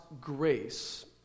grace